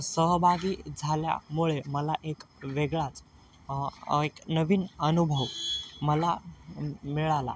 सहभागी झाल्यामुळे मला एक वेगळाच एक नवीन अनुभव मला मिळाला